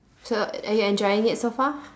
so are you enjoying it so far